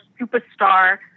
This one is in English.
superstar